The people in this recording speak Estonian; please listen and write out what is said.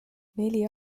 neli